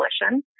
Coalition